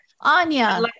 Anya